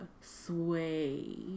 sway